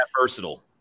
versatile